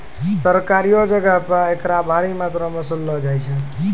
सरकारियो जगहो पे एकरा भारी मात्रामे वसूललो जाय छै